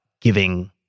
giving